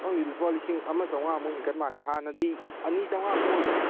ꯈꯪꯗꯦ ꯂꯨꯄꯥ ꯂꯤꯁꯤꯡ ꯑꯃ ꯆꯥꯝꯃꯉꯥꯃꯨꯛ ꯍꯦꯟꯒꯠ ꯃꯥꯟꯅꯦ ꯍꯥꯟꯅꯗꯤ ꯑꯅꯤ ꯆꯥꯝꯃꯉꯥꯃꯨꯛ ꯑꯣꯏꯗꯅ